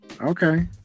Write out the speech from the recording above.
okay